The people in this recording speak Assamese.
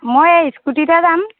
মই এই স্কুটিতে যাম